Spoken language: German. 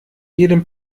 jedem